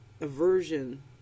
aversion